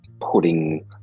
putting